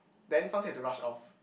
then fang jie had to rush off